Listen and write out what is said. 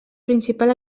principal